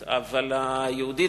אלה כבר שאלות של ההלכה היהודית.